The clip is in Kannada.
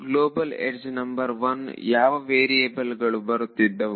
ಗ್ಲೋಬಲ್ ಯಡ್ಜ್ ನಂಬರ್ 1 ಯಾವ ವೇರಿಯಬಲ್ ಗಳು ಬರುತ್ತಿದ್ದವು